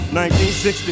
1960